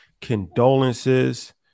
condolences